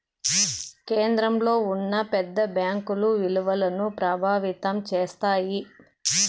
కేంద్రంలో ఉన్న పెద్ద బ్యాంకుల ఇలువను ప్రభావితం చేస్తాయి